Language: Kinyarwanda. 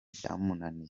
byamunaniye